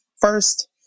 first